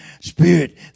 spirit